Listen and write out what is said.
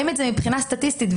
מבחינה סטטיסטית.